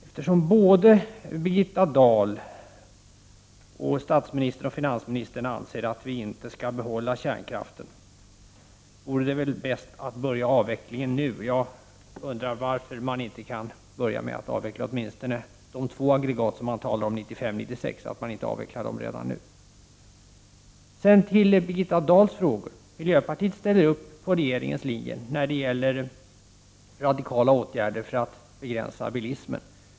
Eftersom såväl Birgitta Dahl som statsministern och finansministern anser att vi inte skall behålla kärnkraften vore det väl bäst att genast påbörja avvecklingen. Jag undrar varför man inte redan nu kan börja med att avveckla åtminstone de två aggregat som man talar om skall avvecklas 1995/96. Birgitta Dahl ställde en del frågor till oss i miljöpartiet. Miljöpartiet ställer sig bakom regeringens linje när det gäller radikala åtgärder för att begränsa bilismen.